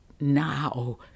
now